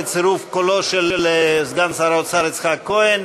בצירוף קולו של סגן שר האוצר יצחק כהן.